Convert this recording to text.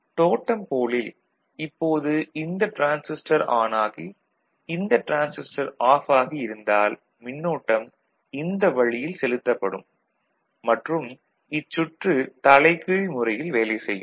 டோட்டம் போலில் இப்போது இந்த டிரான்சிஸ்டர் ஆன் ஆகி இந்த டிரான்சிஸ்டர் ஆஃப் ஆகி இருந்தால் மின்னோட்டம் இந்த வழியில் செலுத்தப்படும் மற்றும் இச்சுற்று தலைகீழ் முறையில் வேலைசெய்யும்